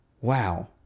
wow